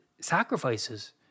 sacrifices